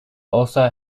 also